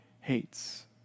hates